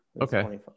Okay